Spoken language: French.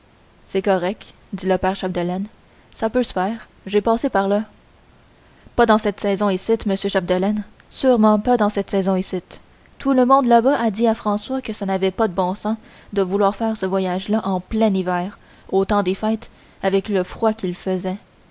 c'est correct dit le père chapdelaine ça peut se faire j'ai passé par là pas dans cette saison icitte monsieur chapdelaine sûrement pas dans cette saison icitte tout le monde là-bas a dit à françois que ça n'avait pas de bon sens de vouloir faire ce voyage là en plein hiver au temps des fêtes avec le froid qu'il faisait